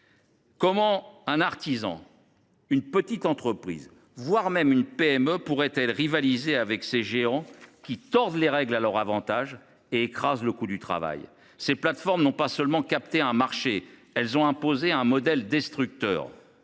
Comment un artisan ou une PME pourrait il rivaliser avec ces géants qui tordent les règles à leur avantage, écrasant le coût du travail ? Ces plateformes n’ont pas seulement capté un marché : elles ont imposé un modèle destructeur,